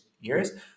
years